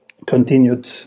Continued